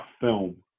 film